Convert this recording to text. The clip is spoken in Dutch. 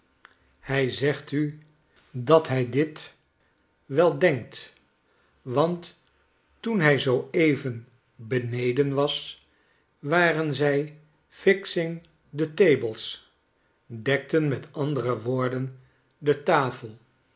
hij zegt u dat hij dit wel denkt want toen hij zoo even beneden was waren zij fixing the tables dekten met andere woorden de tafel